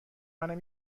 منو